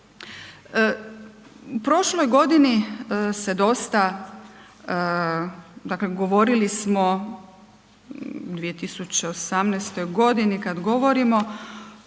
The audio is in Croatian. U prošloj godini se dosta, dakle govorili smo, 2018.g. kad govorimo,